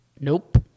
nope